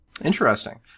Interesting